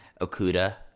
Okuda